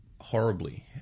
horribly